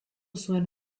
zuen